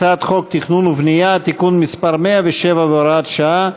הצעת חוק התכנון והבנייה (תיקון מס' 107 והוראת שעה),